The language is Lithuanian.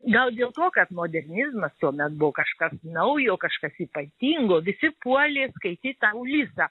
gal dėl to kad modernizmas tuomet buvo kažkas naujo kažkas ypatingo visi puolė skaityt tą ulisą